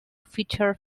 feature